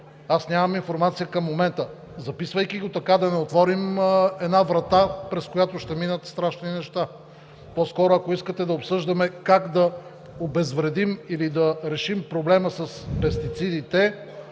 Аз нямам информация към момента дали, записвайки го така, няма да отворим врата, през която ще минат страшни неща. Ако искате, по-скоро да обсъждаме как да обезвредим или да решим проблема с пестицидите,